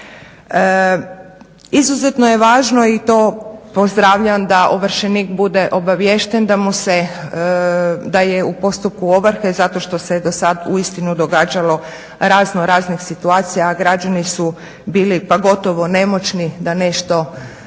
Izuzetno je važno i to pozdravljam da ovršenik bude obaviješten da je u postupku ovrhe zato što se dosad uistinu događalo raznoraznih situacija, a građani su bili pa gotovo nemoćni da nešto riješe